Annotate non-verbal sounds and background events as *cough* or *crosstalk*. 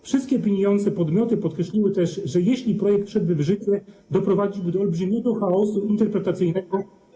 Wszystkie opiniujące podmioty podkreśliły też, że jeśli projekt wszedłby w życie, doprowadziłby *noise* do olbrzymiego chaosu interpretacyjnego.